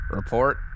report